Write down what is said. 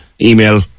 email